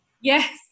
Yes